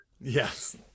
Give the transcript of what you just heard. Yes